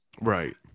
Right